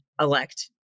elect